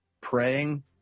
praying